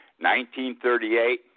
1938